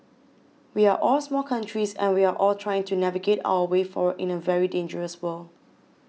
we are all small countries and we are all trying to navigate our way forward in a very dangerous world